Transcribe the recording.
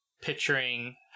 picturing